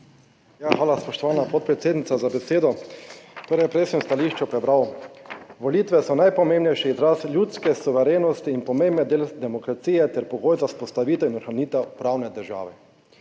hvala, spoštovana podpredsednica, za besedo. Torej, prej sem v stališču prebral, volitve so najpomembnejši izraz ljudske suverenosti in pomemben del demokracije ter pogoj za vzpostavitev in ohranitev pravne države.